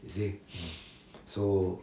you see so